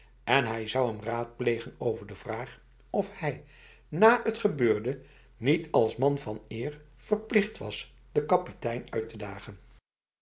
en hij zou hem raadplegen over de vraag of hij na het gebeurde niet als man van eer verplicht was de kapitein uit te dagen